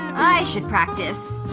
i should practice.